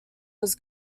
was